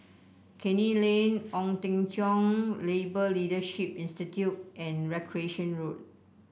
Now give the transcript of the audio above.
Canning Lane Ong Teng Cheong Labour Leadership Institute and Recreation Road